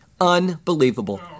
Unbelievable